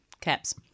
Caps